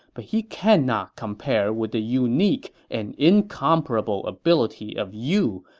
but he cannot compare with the unique and incomparable ability of you,